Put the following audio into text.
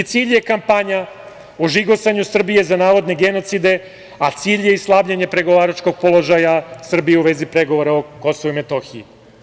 I cilj je kampanja o žigosanju Srbije za navodne genocide, a cilj je i slabljenje pregovaračkog položaja Srbije u vezi pregovora o KiM.